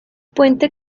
puente